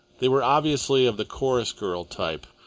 they were obviously of the chorus-girl type,